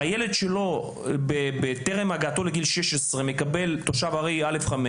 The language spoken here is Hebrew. והילד שלו טרם הגעתו לגיל 16 מקבל תושב ערי א5,